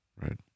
Right